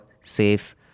safe